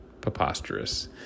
Preposterous